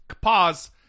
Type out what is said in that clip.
Pause